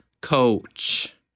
coach